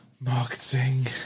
marketing